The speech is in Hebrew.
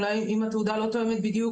אולי אם התעודה לא תואמת בדיוק,